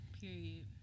period